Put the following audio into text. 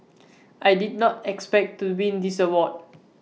I did not expect to win this award